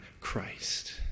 Christ